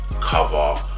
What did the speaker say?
cover